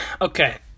Okay